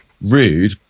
rude